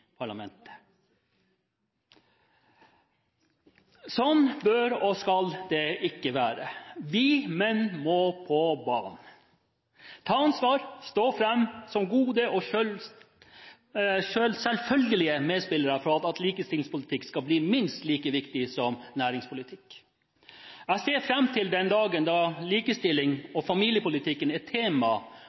parlamentet. Sånn bør og skal det ikke være. Vi menn må på banen, ta ansvar, stå fram som gode og selvfølgelige medspillere for at likestillingspolitikk skal bli minst like viktig som næringspolitikk. Jeg ser fram til den dagen da likestilling og familiepolitikken er tema